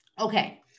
Okay